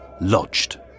lodged